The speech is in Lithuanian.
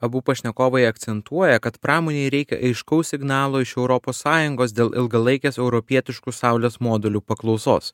abu pašnekovai akcentuoja kad pramonei reikia aiškaus signalo iš europos sąjungos dėl ilgalaikės europietiškų saulės modulių paklausos